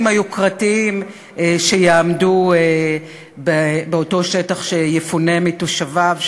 היוקרתיים שיעמדו באותו שטח שיפונה מתושביו,